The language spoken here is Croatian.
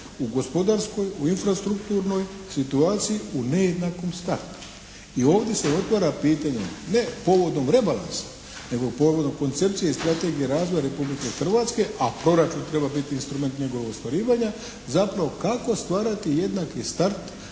u gospodarskoj, u infrastrukturnoj situaciji u nejednakom startu. I ovdje se otvara pitanje ne povodom rebalansa nego povodom koncepcije i strategije razvoja Republike Hrvatske a proračun treba biti instrument njegova ostvarivanja zapravo kako stvarati jednaki start